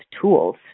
tools